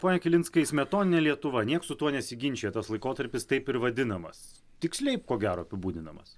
pone kilinskai smetoninė lietuva nieks su tuo nesiginčija tas laikotarpis taip ir vadinamas tiksliai ko gero apibūdinamas